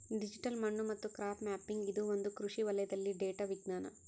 digital ಮಣ್ಣು ಮತ್ತು crop mapping ಇದು ಒಂದು ಕೃಷಿ ವಲಯದಲ್ಲಿ ಡೇಟಾ ವಿಜ್ಞಾನ